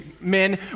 men